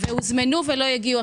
הוזמנו ולא הגיעו.